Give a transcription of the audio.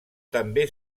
també